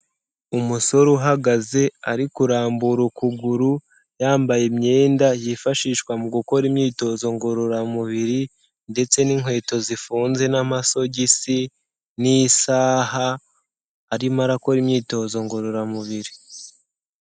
Umusore uhagaze ari kurambura ukuguru, yambaye imyenda yifashishwa mu gukora imyitozo ngororamubiri ndetse n'inkweto zifunze n'amasogisi n'isaha, arimo arakora imyitozo ngororamubiri.